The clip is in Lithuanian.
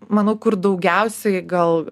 manau kur daugiausiai gal